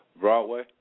Broadway